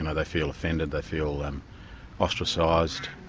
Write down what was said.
and they feel offended, they feel ostracised,